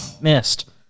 missed